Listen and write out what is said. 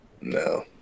No